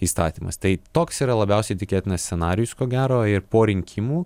įstatymas tai toks yra labiausiai tikėtinas scenarijus ko gero ir po rinkimų